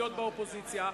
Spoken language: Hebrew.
להיות באופוזיציה,